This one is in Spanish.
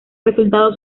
resultado